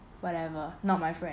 whatever not my friend